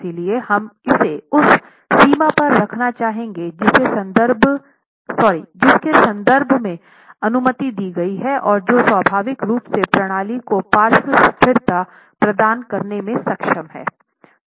इसलिए हम इसे उस सीमा पर रखना चाहेंगे जिसके संदर्भ में अनुमति दी गई है और जो स्वाभाविक रूप से प्रणाली को पार्श्व स्थिरता प्रदान करने में सक्षम है